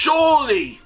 Surely